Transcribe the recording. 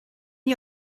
ihr